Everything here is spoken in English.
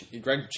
Greg